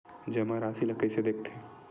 जमा राशि ला कइसे देखथे?